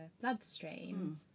bloodstream